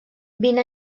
vint